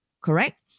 Correct